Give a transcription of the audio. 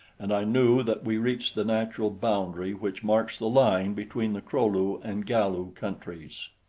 and i knew that we reached the natural boundary which marks the line between the kro-lu and galu countries.